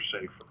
safer